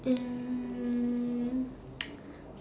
um